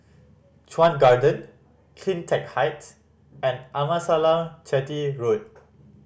Chuan Garden Cleantech Height and Amasalam Chetty Road